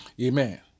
Amen